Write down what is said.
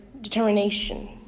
determination